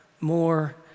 more